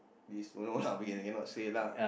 this don't know lah we cannot say lah